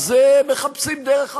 אז מחפשים דרך אחרת,